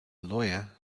lawyer